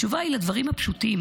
התשובה היא: לדברים הפשוטים,